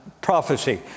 Prophecy